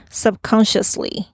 subconsciously 。